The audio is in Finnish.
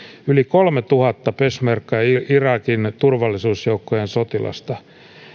yli kolmetuhatta peshmerga ja irakin turvallisuusjoukkojen sotilasta